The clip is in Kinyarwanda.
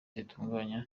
zitunganya